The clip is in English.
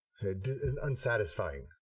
unsatisfying